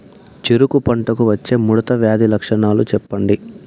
చెరుకు పంటకు వచ్చే ముడత వ్యాధి లక్షణాలు చెప్పండి?